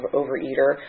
overeater